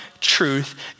truth